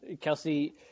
Kelsey